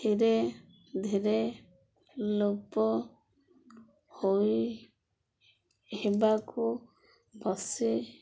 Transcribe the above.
ଧୀରେ ଧୀରେ ଲୋପ ହୋଇ ହେବାକୁ ବସି